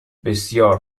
بسیار